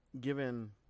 given